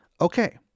Okay